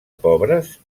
pobres